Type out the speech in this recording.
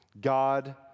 God